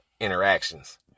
interactions